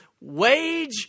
Wage